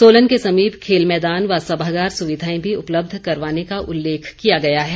सोलन के समीप खेल मैदान व सभागार सुविधाएं भी उपलब्ध करवाने का उल्लेख किया गया है